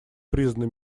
признаны